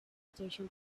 station